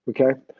Okay